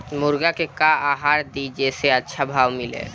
मुर्गा के का आहार दी जे से अच्छा भाव मिले?